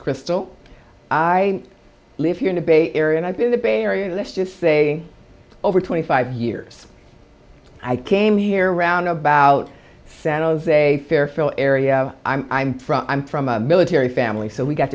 crystal i live here in the bay area and i've been the bay area let's just say over twenty five years i came here around about san jose fairfield area i'm from i'm from a military family so we got